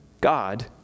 God